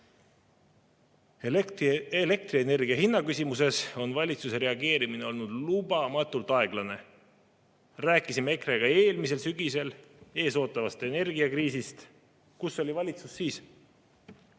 Elektrienergia hinna küsimuses on valitsuse reageerimine lubamatult aeglane. Rääkisime EKRE‑ga eelmisel sügisel ees ootavast energiakriisist. Kus oli valitsus siis?